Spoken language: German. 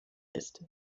ist